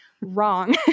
wrong